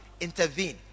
intervene